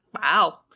Wow